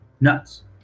Nuts